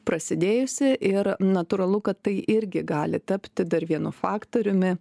prasidėjusi ir natūralu kad tai irgi gali tapti dar vienu faktoriumi